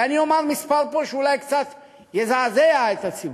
ואני אומר פה מספר שאולי קצת יזעזע את הציבור,